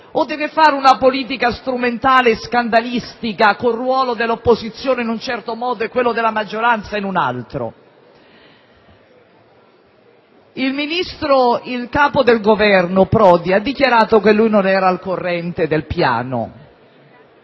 intende fare una politica strumentale scandalistica, con un ruolo dell'opposizione in un certo modo e quello della maggioranza in un altro? Il Capo del Governo ha dichiarato che non era al corrente del piano.